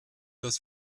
das